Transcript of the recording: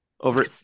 over